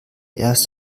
erst